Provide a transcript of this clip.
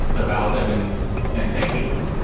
about them and and thanking them.